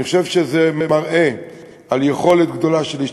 אני חושב שזה מראה יכולת גדולה של השתלבות.